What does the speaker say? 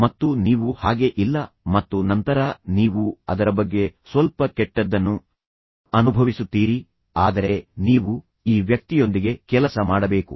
ಮತ್ತು ನೀವು ಹಾಗೆ ಇಲ್ಲ ಮತ್ತು ನಂತರ ನೀವು ಅದರ ಬಗ್ಗೆ ಸ್ವಲ್ಪ ಕೆಟ್ಟದ್ದನ್ನು ಅನುಭವಿಸುತ್ತೀರಿ ಆದರೆ ನೀವು ಈ ವ್ಯಕ್ತಿಯೊಂದಿಗೆ ಕೆಲಸ ಮಾಡಬೇಕು